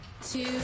Two